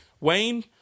Wayne